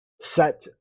set